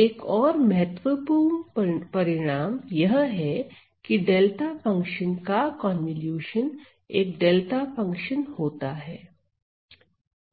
एक और महत्वपूर्ण परिणाम यह है की डेल्टा फंक्शन का कन्वॉल्यूशन एक डेल्टा फंक्शन होता है